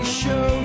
show